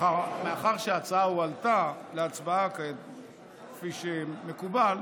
מאחר שההצעה הועלתה להצבעה, כפי שמקובל,